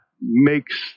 makes